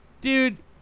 dude